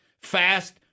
Fast